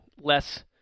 less